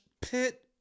pit